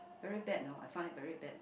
really bad you know I found it very bad